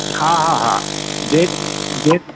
हा हा हा डेट डेट